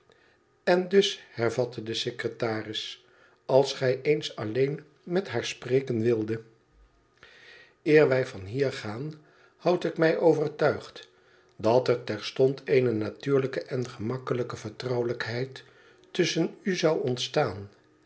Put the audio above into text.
n dus hervatte de secretaris tals gij eens alleen met haar spreken wildet eer wij van hier gaan houd ik mij overtuigd dat er terstond eene natuurlijke en gemakkelijke vertrouwelijkheid tusschen u zou ontstaan